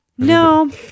no